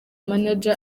manager